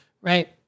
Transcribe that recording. right